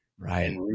Right